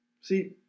See